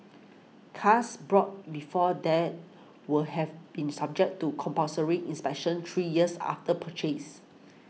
cars brought before then will have been subject to compulsory inspections three years after purchase